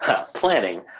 planning